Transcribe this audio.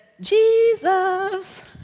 Jesus